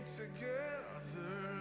together